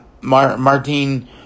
Martin